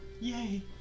Yay